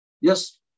Yes